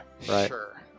Sure